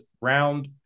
round